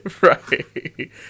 Right